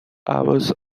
hours